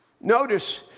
Notice